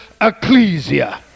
ecclesia